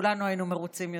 כולנו היינו מרוצים יותר.